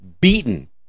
beaten